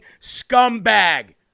scumbag